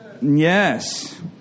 Yes